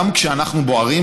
גם כשאנחנו בוערים